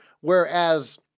whereas